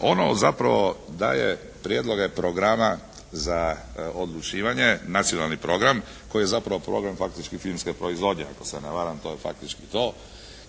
Ono zapravo daje prijedloge programa za odlučivanje nacionalni program koji je zapravo program faktički finske proizvodnje ako se ne varam to je faktički to